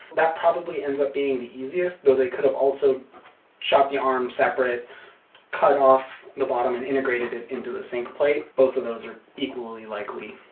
that probably ends up being the easiest though, they could have also shot the arm separate coming off the bottom and integrated it into the sink plate. both of those are equally likely